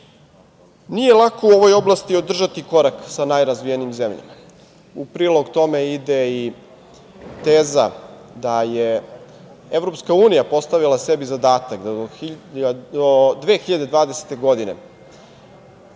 lako u ovoj oblasti održati korak sa najrazvijenijim zemljama. U prilog tome ide i teza da je EU postavila sebi zadatak da do 2020. godine